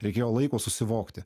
reikėjo laiko susivokti